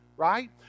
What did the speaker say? Right